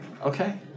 Okay